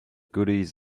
goodies